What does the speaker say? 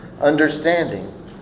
understanding